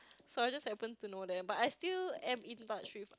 so I just happen to know them but I still am in touch with